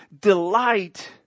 delight